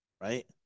right